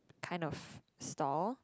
kind of stall